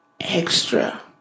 extra